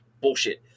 bullshit